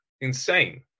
insane